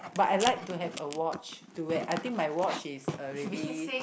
but I like to have a watch to wear I think my watch is already